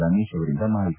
ರಮೇಶ್ ಅವರಿಂದ ಮಾಹಿತಿ